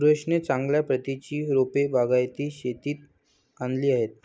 सुरेशने चांगल्या प्रतीची रोपे बागायती शेतीत आणली आहेत